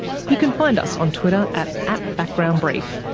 you can find us on twitter at at backgroundbrief,